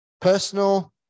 personal